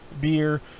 beer